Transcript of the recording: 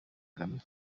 kagame